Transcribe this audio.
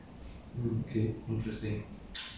yeah it's contemporary